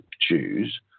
choose